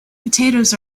potatoes